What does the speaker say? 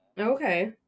Okay